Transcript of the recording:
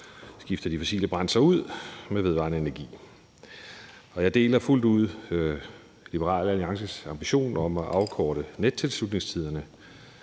skifter de fossile brændsler ud med vedvarende energi. Og jeg deler fuldt ud Liberal Alliances ambition om at afkorte nettilslutningstiderne.